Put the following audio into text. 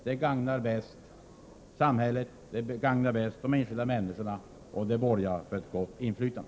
Det gagnar bäst samhället, det gagnar bäst de enskilda människorna och det borgar för ett gott inflytande.